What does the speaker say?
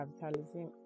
capitalism